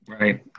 Right